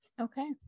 Okay